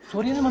here. you